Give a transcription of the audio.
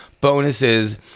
bonuses